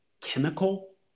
chemical